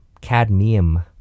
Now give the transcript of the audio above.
cadmium